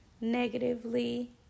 negatively